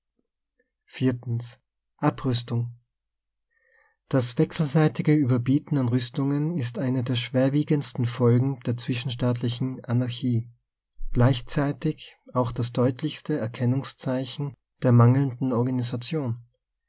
abrüstung das wechselseitige u eberbieten an rüstungen ist eine der schwerwiegendsten folgen der zwischenstaat liehen anarchie gleichzeitig auch das deutlichste erkennungszeichen der mangelnden organisation